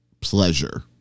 pleasure